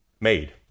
made